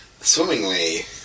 swimmingly